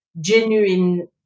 genuine